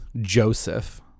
Joseph